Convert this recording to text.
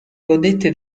godette